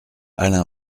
alain